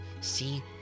See